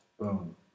Boom